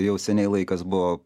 jau seniai laikas buvo